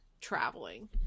traveling